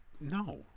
no